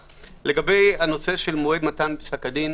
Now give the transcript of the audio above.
לגבי הנושא של מועד מתן פסק הדין,